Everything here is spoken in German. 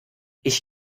ich